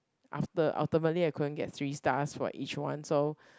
after ultimately I couldn't get three stars for each one so